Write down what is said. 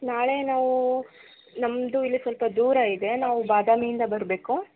ನಾಳೆ ನಾವು ನಮ್ಮದು ಇಲ್ಲೇ ಸ್ವಲ್ಪ ದೂರ ಇದೆ ನಾವು ಬಾದಾಮಿಯಿಂದ ಬರಬೇಕು